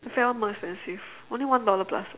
the fat one more expensive only one dollar plus